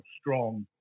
strong